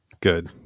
Good